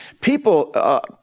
people